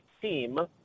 team